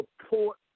support